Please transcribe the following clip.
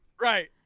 right